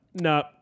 No